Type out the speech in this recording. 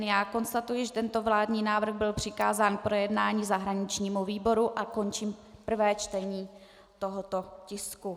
Já konstatuji, že tento vládní návrh byl přikázán k projednání zahraničnímu výboru a končím prvé čtení tohoto tisku.